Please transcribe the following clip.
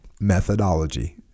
methodology